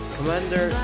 Commander